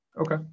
Okay